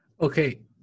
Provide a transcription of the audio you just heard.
Okay